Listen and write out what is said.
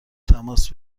تماس